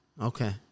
Okay